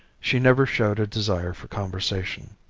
she never showed a desire for conversation,